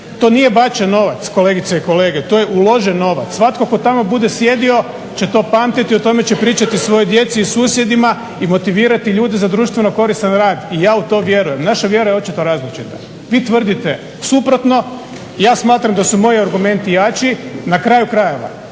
To nije bačen novac kolegice i kolege, to je uložen novac. Svatko tko tamo bude sjedio će to pamtiti i o tome će pričati svojoj djeci i susjedima i motivirati ljude za društveno koristan rad. I ja u to vjerujem, naša vjera je očito različita. Vi tvrdite suprotno, ja smatram da su moji argumenti jači. Na kraju krajeva,